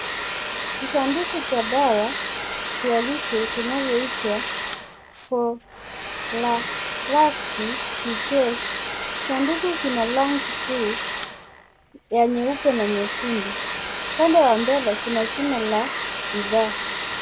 Kisanduku cha dawa vya lishe vinavyo itwa fornalaxy b12 . Kisanduku kina rangi kuu ya nyeupe na nyekundu. Upande wa mbele kuna jina la bidhaa.